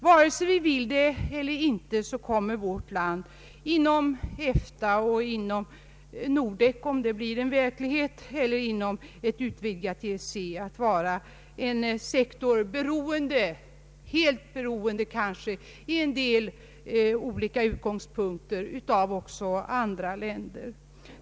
Vare sig vi vill det eller inte kommer vårt land inom EFTA och inom Nordek — om det blir en verklighet — eller inom ett utvidgat EEC att vara en sektor som blir beroende, kanske helt beroende, också av andra länder i en del sammanhang.